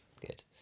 Good